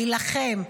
להילחם,